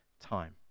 time